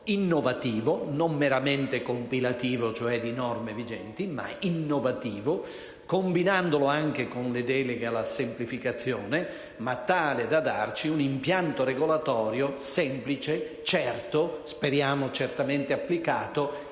innovativo, non meramente compilativo (cioè di norme vigenti), combinandolo anche con le deleghe alla semplificazione, ma tale da darci un impianto regolatorio semplice, certo, speriamo certamente applicato,